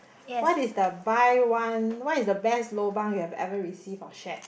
what is the buy one what is the best lobang you have ever received or shared